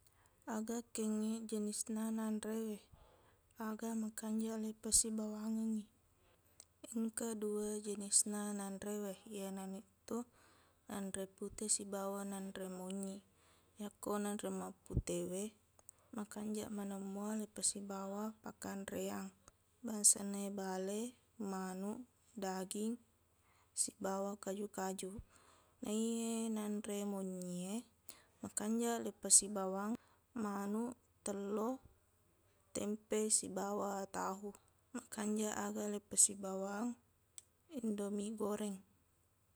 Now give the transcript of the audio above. Aga kengngeq janisna nanrewe aga makanjaq leipasibawangengngi engka dua jenisna nanrewe iyanaritu nanre pute sibawa nanre monyiq yakko nanre maputewe makanjaq maneng mua lepasibawa pakkanreang bangsana e bale manuq daging sibawa kaju-kaju naiye nanre monyi e makanjaq lepasibawang manuq telloq tempe sibawa tahu makanjaq aga lepasibawang indomie goreng